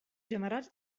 generats